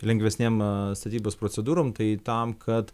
lengvesnėm statybos procedūrom tai tam kad